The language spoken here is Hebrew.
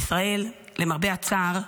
למרבה הצער,